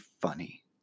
funny